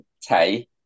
Tay